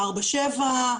4.7,